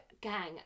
gang